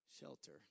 shelter